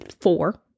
four